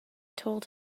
told